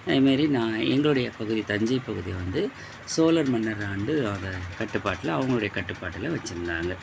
அது மாரி நான் எங்களோடைய பகுதி தஞ்சைப் பகுதியை வந்து சோழன் மன்னர் ஆண்டு அதை கட்டுப்பாட்டில் அவங்களோடைய கட்டுப்பாட்டில் வெச்சுருந்தாங்க